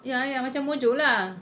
ya ya macam mojo lah